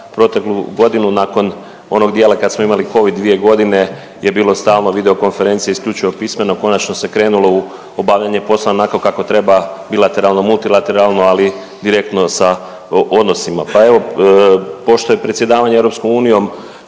proteklu godinu nakon onog dijela kada smo imali covid dvije godine je bilo stalno videokonferencije isključivo pismeno konačno se krenulo u obavljanje poslova onako kako treba bilateralno, multilateralno ali direktno sa odnosima. Pa evo pošto je predsjedavanje EU početkom